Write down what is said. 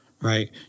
Right